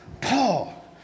Paul